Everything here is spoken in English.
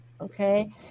okay